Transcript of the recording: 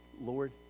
Lord